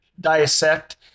dissect